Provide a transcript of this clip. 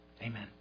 Amen